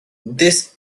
this